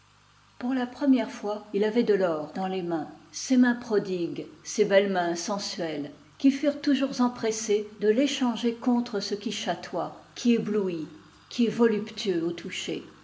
pour la première fois il avait de l'or dans les mains ces mains prodigues ces belles mains sensuelles qui furent toujours empressées de l'échanger contre ce qui chatoie qui éblouit qui est voluptueux au toucher